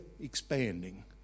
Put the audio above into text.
expanding